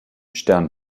stern